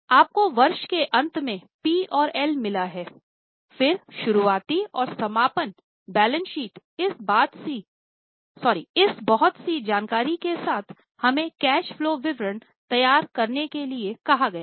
आपको वर्ष के अंत में पी और एल मिला है फिर शुरुआती और समापन बैलेंस शीट इस बहुत सी जानकारी के साथ हमें कैश फलो विवरण तैयार करने के लिए कहा गया है